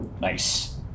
nice